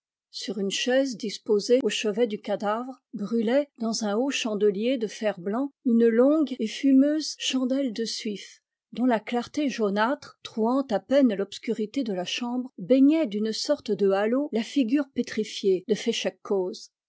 sur une chaise disposée au chevet du cadavre brûlait dans un haut chandelier de fer blanc une longue et fumeuse chandelle de suif dont la clarté jaunâtre trouant à peine l'obscurité de la chambre baignait d'une sorte de halo la figure pétrifiée de